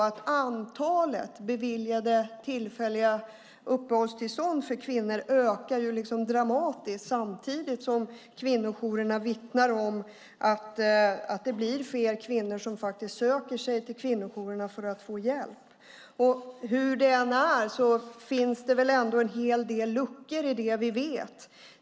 Antalet beviljade tillfälliga uppehållstillstånd för kvinnor ökar dramatiskt samtidigt som kvinnojourerna vittnar om att det blir fler kvinnor som söker sig till dem för att få hjälp. Hur det än är finns det väl en hel del luckor i det vi vet.